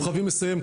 אנחנו חייבים לסיים,